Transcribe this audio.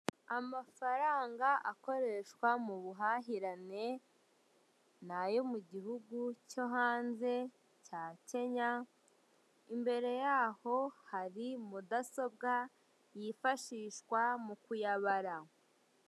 Amafaranga akoreshwa mu buhahirane, ni ayo mu gihugu cyo hanze cya Kenya, imbere yaho hari mudasobwa yifashishwa mu kuyabara.